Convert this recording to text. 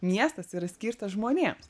miestas yra skirtas žmonėms